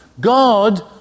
God